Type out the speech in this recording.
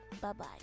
bye-bye